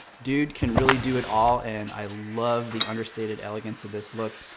dude can really do it all, and i love the understated elegance of this look.